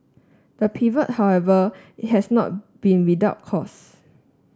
the pivot however has not been without costs